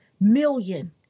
million